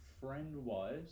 friend-wise